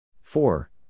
Four